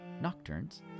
nocturnes